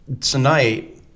tonight